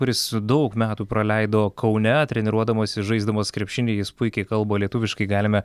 kuris daug metų praleido kaune treniruodamasis žaisdamas krepšinį jis puikiai kalba lietuviškai galime